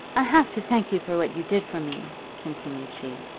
i have to thank you for what you did for me, continued she.